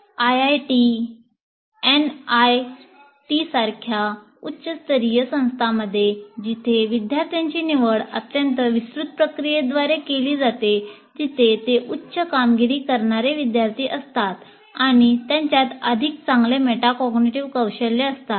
IIT उच्च स्तरीय संस्थांमध्ये जिथे विद्यार्थ्यांची निवड अत्यंत विस्तृत प्रक्रियेद्वारे केली जाते तिथे ते उच्च कामगिरी करणारे विद्यार्थी असतात आणि त्यांच्यात अधिक चांगले मेटाकॉग्निटिव्ह कौशल्ये असतात